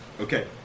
Okay